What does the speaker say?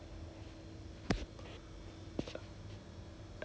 orh as in the the table arrangement ah like who sits where